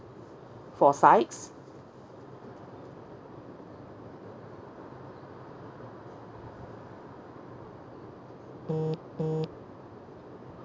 for sides